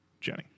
Jenny